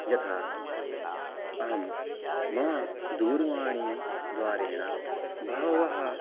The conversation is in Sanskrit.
यथा अहं मम दूरवाणीद्वारेण बहवः